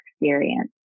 experience